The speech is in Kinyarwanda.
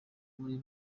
muri